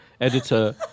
editor